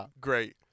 Great